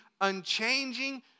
unchanging